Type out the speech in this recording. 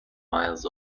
miles